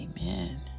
Amen